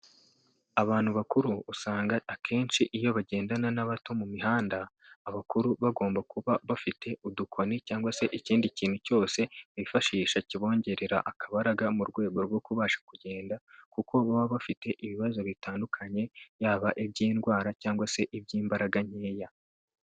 Abantu bakuru usanga akenshi iyo bagendana n'abato mu mihanda, abakuru bagomba kuba bafite udukoni cyangwa se ikindi kintu cyose bifashisha kibongerera akabaraga mu rwego rwo kubasha kugenda kuko baba bafite ibibazo bitandukanye, yaba iby'indwara cyangwa se iby'imbaraga nkeya.